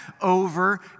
over